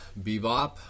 Bebop